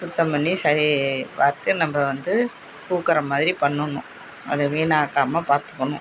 சுத்தம் பண்ணி சரி பார்த்து நம்ம வந்து பூக்கிற மாதிரி பண்ணணும் அதை வீணாக்காமல் பார்த்துக்கணும்